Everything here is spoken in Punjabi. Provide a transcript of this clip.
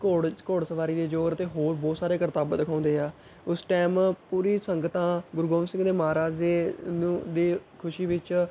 ਘੋੜ ਘੋੜ ਸਵਾਰੀ ਦੋ ਜੌਹਰ ਅਤੇ ਹੋਰ ਬਹੁਤ ਸਾਰੇ ਕਰਤੱਬ ਦਿਖਾਉਂਦੇ ਆ ਉਸ ਟਾਈਮ ਪੂਰੀ ਸੰਗਤਾਂ ਗੁਰੂ ਗੋਬਿੰਦ ਸਿੰਘ ਜੀ ਮਹਾਰਾਜ ਦੇ ਦੀ ਖੁਸ਼ੀ ਵਿਚ